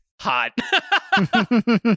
Hot